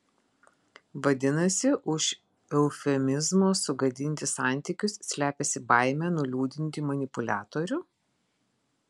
vadinasi už eufemizmo sugadinti santykius slepiasi baimė nuliūdinti manipuliatorių